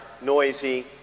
noisy